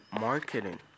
marketing